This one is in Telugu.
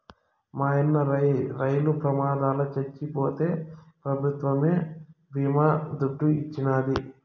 మాయన్న రైలు ప్రమాదంల చచ్చిపోతే పెభుత్వమే బీమా దుడ్డు ఇచ్చినాది